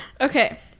okay